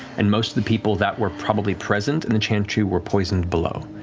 and most of the people that were probably present in the chantry were poisoned below.